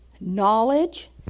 knowledge